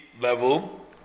level